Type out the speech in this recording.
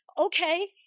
okay